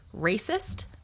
racist